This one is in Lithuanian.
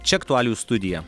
čia aktualijų studija